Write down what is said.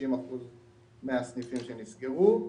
כ-60% מהסניפים שנסגרו.